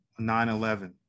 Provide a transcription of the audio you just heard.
9/11